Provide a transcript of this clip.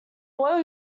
boil